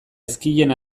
ezkien